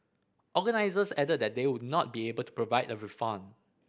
organisers added that they would not be able to provide a refund